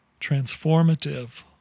transformative